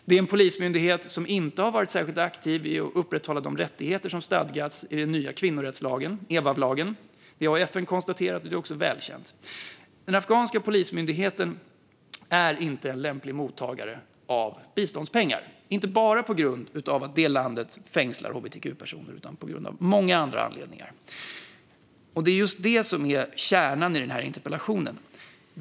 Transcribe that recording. Det är en polismyndighet som har inte har varit särskilt aktiv med att upprätthålla de rättigheter som stadgas i den nya kvinnorättslagen, EVAW-lagen. Det har FN konstaterat, och det är också välkänt. Den afghanska polismyndigheten är inte en lämplig mottagare av biståndspengar - inte bara på grund av att landet fängslar hbtq-personer utan också av många andra anledningar. Det är just det som är kärnan i den här interpellationen.